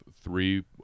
three